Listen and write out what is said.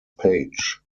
page